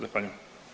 Zahvaljujem.